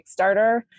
Kickstarter